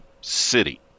city